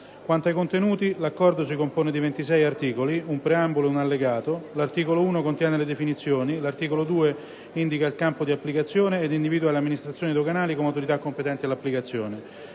Quanto ai contenuti, l'Accordo si compone di ventisei articoli, un preambolo ed un Allegato: l'articolo 1 contiene le definizioni e l'articolo 2 indica il campo di applicazione ed individua le amministrazioni doganali come autorità competenti all'applicazione.